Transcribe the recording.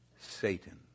Satan